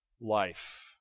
life